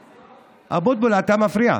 אבוטבול, אתה מפריע.